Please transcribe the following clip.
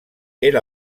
era